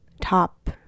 top